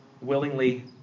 willingly